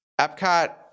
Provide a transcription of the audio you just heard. Epcot